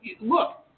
look